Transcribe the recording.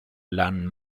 land